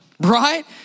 Right